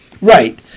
Right